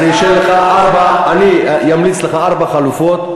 אני אמליץ לך על ארבע חלופות,